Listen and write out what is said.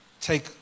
take